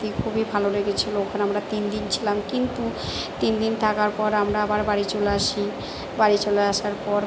খুবই ভালো লেগেছিল ওখানে আমরা তিন দিন ছিলাম কিন্তু তিন দিন থাকার পর আমরা আবার বাড়ি চলে আসি বাড়ি চলে আসার পর